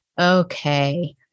Okay